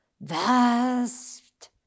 vast